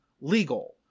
legal